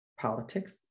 politics